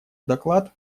доклад